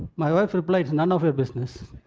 my wife replied, none of your business.